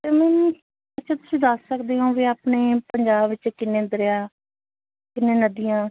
ਅਤੇ ਮੈਮ ਇੱਥੇ ਤੁਸੀਂ ਦੱਸ ਸਕਦੇ ਹੋ ਵੀ ਆਪਣੇ ਪੰਜਾਬ ਵਿੱਚ ਕਿੰਨੇ ਦਰਿਆ ਕਿੰਨੇ ਨਦੀਆਂ